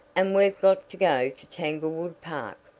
and we've got to go to tanglewood park.